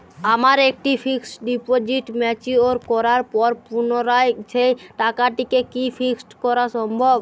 আমার একটি fixed deposit mature করার পর পুনরায় সেই টাকাটিকে কি ফিক্সড করা সম্ভব?